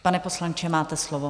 Pane poslanče, máte slovo.